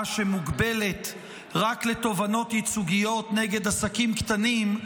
שמוגבלת רק לתובענות ייצוגיות נגד עסקים קטנים,